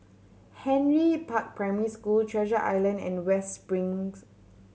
Henry Park Primary School Treasure Island and West Springs